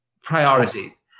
priorities